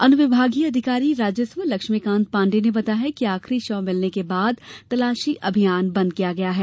अनुविभागीय अधिकारी राजस्व लक्ष्मीकांत पाण्डे ने बताया है कि आखरी शव मिलने के बाद तलाशी अभियान बन्द किया गया है